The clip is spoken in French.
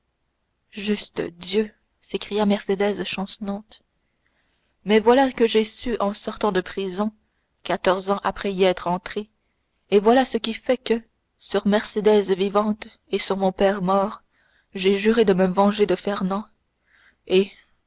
juste dieu s'écria mercédès chancelante mais voilà ce que j'ai su en sortant de prison quatorze ans après y être entré et voilà ce qui fait que sur mercédès vivante et sur mon père mort j'ai juré de me venger de fernand et